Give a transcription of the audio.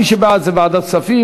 מי שבעד זה לוועדת כספים,